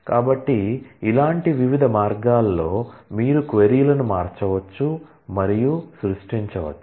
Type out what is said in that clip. కాబట్టి ఇలాంటి వివిధ మార్గాల్లో మీరు క్వరీ లను మార్చవచ్చు మరియు సృష్టించవచ్చు